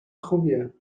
خوبیه